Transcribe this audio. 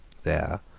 there,